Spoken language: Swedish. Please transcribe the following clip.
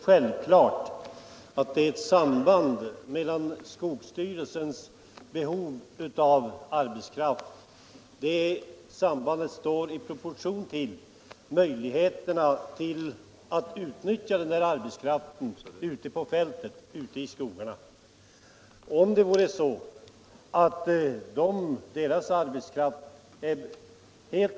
Herr talman! Jag vill till herr statsrådet bara säga att det för oss är alldeles självklart att arbetskraften vid skogsvårdsstyrelserna i största möjliga utsträckning skall utnyttjas ute på fältet.